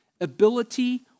ability